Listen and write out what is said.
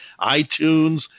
iTunes